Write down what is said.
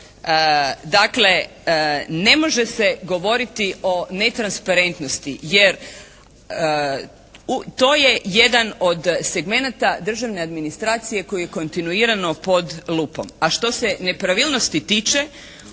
Dakle ne može se govoriti o netransparentnosti jer to je jedan od segmenata državne administracije koji je kontinuirano pod lupom.